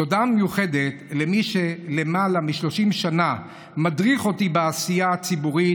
תודה מיוחדת למי שלמעלה מ-30 שנה מדריך אותי בעשייה הציבורית,